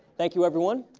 thank you everyone.